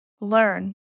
learn